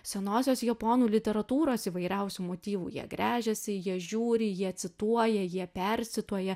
senosios japonų literatūros įvairiausių motyvų jie gręžiasi jie žiūri jie cituoja jie percituoja